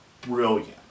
brilliant